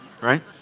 right